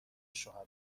شهداء